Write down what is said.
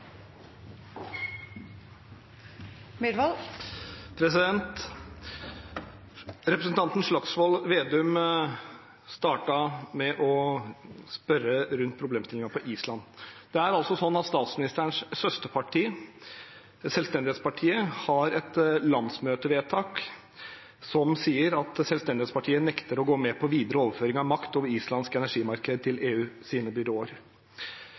Representanten Slagsvold Vedum startet med å spørre om problemstillingen knyttet til Island. Statsministerens søsterparti, Selvstendighetspartiet, har et landsmøtevedtak som sier at Selvstendighetspartiet nekter å gå med på videre overføring av makt over Islands energimarked til EUs byråer.